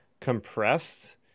compressed